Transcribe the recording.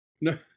No